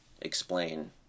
explain